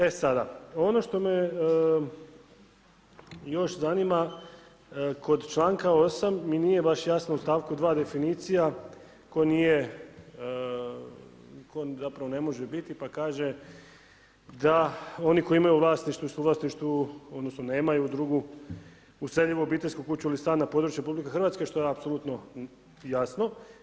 E sada ono što me još zanima, kod čl. 8. mi nije baš jasno u stavku 2 definicija, tko nije, tko zapravo ne može biti, pa kaže, da oni koji imaju u vlasništvu i suvlasništvu, odnosno, nemaju drugu useljivu obiteljsku kuću na području RH, što je apsolutno jasno.